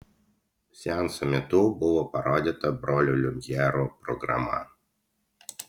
seanso metu buvo parodyta brolių liumjerų programa